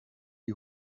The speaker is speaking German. die